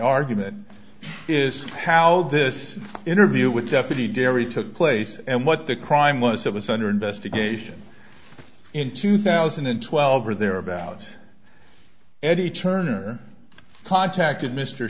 argument is how this interview with stephanie derry took place and what the crime was it was under investigation in two thousand and twelve or thereabouts eddie turner contacted mr